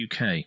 uk